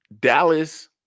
Dallas